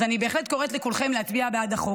אז אני בהחלט קוראת לכולכם להצביע בעד החוק.